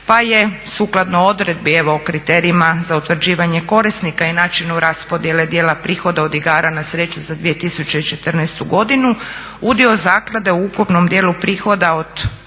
pa je sukladno odredbi evo o kriterijima za utvrđivanje korisnika i načinu raspodjele dijela prihoda od igara na sreću za 2014. godinu udio zaklade u ukupnom dijelu prihoda od